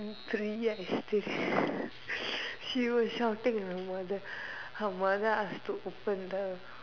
three years still she was shouting with her mother her mother ask to open the